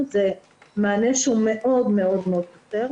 אולי זה לא המונח הנכון מבחינה מקצועית לרצף הטיפולי או להמשך ליווי.